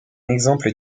exemple